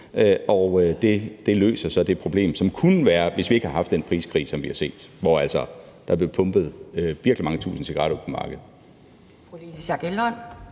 støtter, løser så det problem, som kunne have været der, hvis ikke vi havde haft den priskrig, som vi har set, hvor der altså blev pumpet virkelig mange tusinde cigaretter ud på markedet.